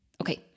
Okay